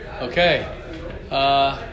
Okay